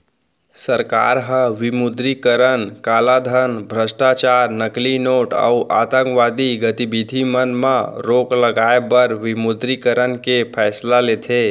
सरकार ह विमुद्रीकरन कालाधन, भस्टाचार, नकली नोट अउ आंतकवादी गतिबिधि मन म रोक लगाए बर विमुद्रीकरन के फैसला लेथे